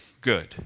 good